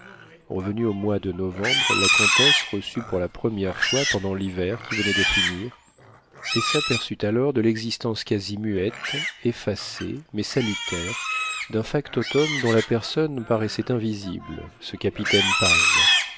revenue au mois de novembre la comtesse reçut pour la première fois pendant l'hiver qui venait de finir et s'aperçut bien de l'existence quasi muette effacée mais salutaire d'un factotum dont la personne paraissait invisible ce capitaine paz